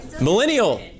Millennial